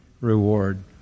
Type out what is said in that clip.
reward